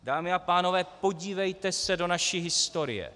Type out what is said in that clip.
Dámy a pánové, podívejte se do naší historie.